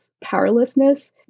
powerlessness